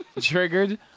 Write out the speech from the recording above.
triggered